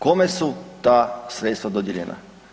Kome su ta sredstva dodijeljena?